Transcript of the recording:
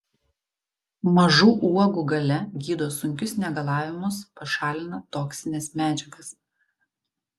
mažų uogų galia gydo sunkius negalavimus pašalina toksines medžiagas